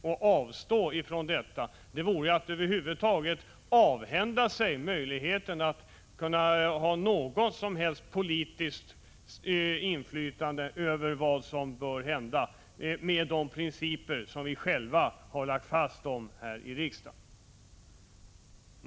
Att inte ta upp dessa frågor i riksdagen vore att avhända sig möjligheten att utöva något som helst politiskt inflytande över vad som bör hända med de principer som vi själva har lagt fast här i riksdagen.